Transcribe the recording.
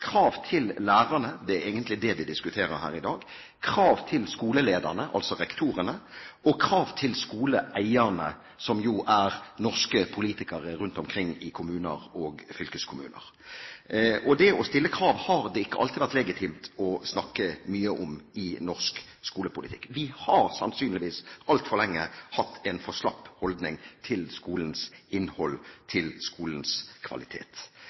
krav til lærere, det er egentlig det vi diskuterer her i dag, krav til skolelederne, altså til rektorene, og krav til skoleeierne, som jo er norske politikere rundt omkring i kommuner og fylkeskommuner. Det å stille krav har det ikke alltid vært legitimt å snakke mye om i norsk skolepolitikk. Vi har sannsynligvis altfor lenge hatt en for slapp holdning til skolens innhold, til skolens kvalitet.